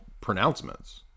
pronouncements